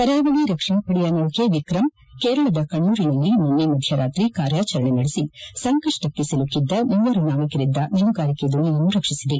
ಕರಾವಳಿ ರಕ್ಷಣಾ ಪಡೆಯ ನೌಕೆ ಎಕ್ರಂ ಕೇರಳದ ಕಣ್ಣೂರಿನಲ್ಲಿ ನಿನ್ನೆ ಮಧ್ದರಾತ್ರಿ ಕಾರ್ಯಾಚರಣೆ ನಡೆಸಿ ಸಂಕಷ್ಟ ಸಿಲುಕಿದ್ದ ಮೂವರು ನಾವಿಕರಿದ್ದ ಮೀನುಗಾರಿಕೆ ದೋಣೆಯನ್ನು ರಕ್ಷಿಸಿದೆ